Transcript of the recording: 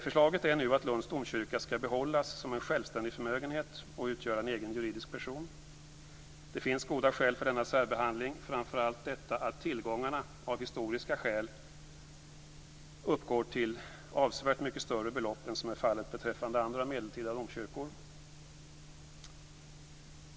Förslaget är nu att Lunds domkyrka skall behållas som en självständig förmögenhet och utgöra en egen juridisk person. Det finns goda skäl för denna särbehandling, framför allt detta att tillgångarna av historiska skäl uppgår till avsevärt mycket större belopp än som är fallet beträffande andra medeltida domkyrkor.